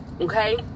okay